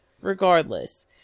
Regardless